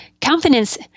confidence